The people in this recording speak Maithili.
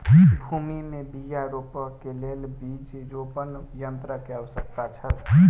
भूमि में बीया रोपअ के लेल बीज रोपण यन्त्रक आवश्यकता छल